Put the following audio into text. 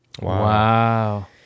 Wow